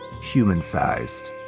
human-sized